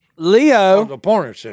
Leo